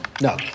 No